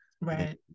right